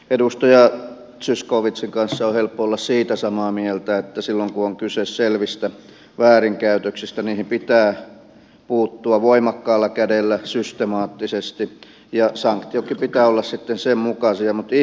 edustaja zyskowiczin kanssa on helppo olla siitä samaa mieltä että silloin kun on kyse selvistä väärinkäytöksistä niihin pitää puuttua voimakkaalla kädellä systemaattisesti ja sanktioidenkin pitää olla sitten sen mukaisia